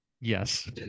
Yes